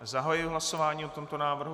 Zahajuji hlasování o tomto návrhu.